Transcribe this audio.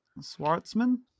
Swartzman